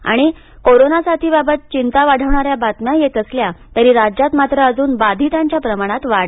आणि कोरोना साथीबाबत चिंता वाढवणाऱ्या बातम्या येत असल्या तरी राज्यात मात्र अजून बाधितांच्या प्रमाणात वाढ